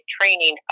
training